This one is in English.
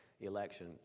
election